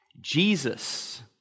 Jesus